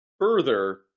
further